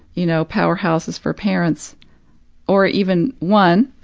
you know, powerhouses for parents or even one,